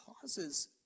causes